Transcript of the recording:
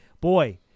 boy